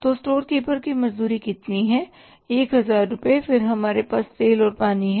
तो store keeper की मजदूरी कितनी है 1000 रुपये फिर हमारे पास तेल और पानी है